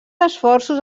esforços